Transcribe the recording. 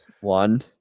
One